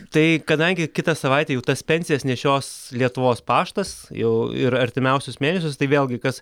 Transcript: tai kadangi kitą savaitę jau tas pensijas nešios lietuvos paštas jau ir artimiausius mėnesius tai vėlgi kas